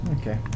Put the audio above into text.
Okay